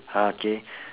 ah okay